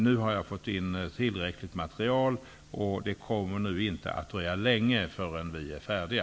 Nu har jag fått in tillräckligt med material, och det kommer därför inte att dröja länge förrän vi är färdiga.